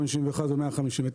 151 ו-159,